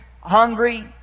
hungry